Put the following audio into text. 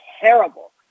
terrible